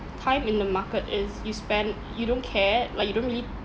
time in the market is you spend you don't care like you don't really